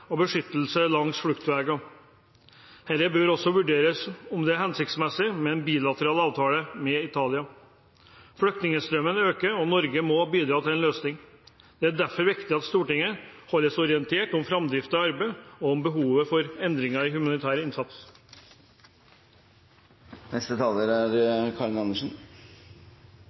og beskyttelse langs fluktveier. Det bør også vurderes om det er hensiktsmessig med en bilateral avtale med Italia. Flyktningstrømmen øker, og Norge må bidra til en løsning. Derfor er det viktig at Stortinget holdes orientert om framdriften av arbeidet og om behovet for endringer i den humanitære innsatsen. Det er